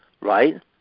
right